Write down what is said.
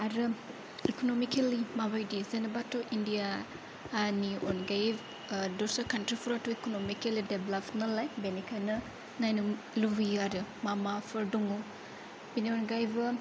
आरो इकनमिकेलि माबायदि जेनेबाथ' इण्डियानि अनगायै दस्रा कान्ट्रिफोरावथ' इकनमिकेलि डेभेलप नालाय बेनिखायनो नायनो लुबैयो आरो मा माफोर दङ बेनि अनगायैबो